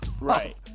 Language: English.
Right